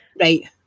Right